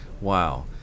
Wow